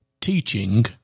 teaching